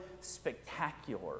spectacular